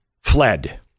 fled